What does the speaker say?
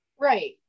right